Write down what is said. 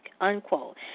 unquote